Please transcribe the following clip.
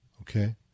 okay